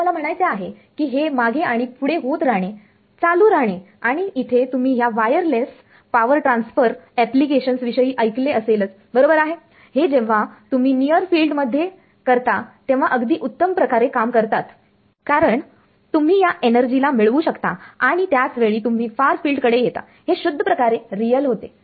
तर मला म्हणायचे आहे की हे मागे आणि पुढे होत राहणे चालू राहते आणि इथे तुम्ही ह्या वायरलेस पावर ट्रान्सफर एप्लीकेशन्स विषयी ऐकले असेल बरोबर आहे हे जेव्हा तुम्ही नियर फील्ड मध्ये करता तेव्हा अगदी उत्तम प्रकारे काम करतात कारण तुम्ही या एनर्जीला मिळवू शकता आणि त्याच वेळी तुम्ही फार फिल्ड कडे येता हे शुद्ध प्रकारे रियल होते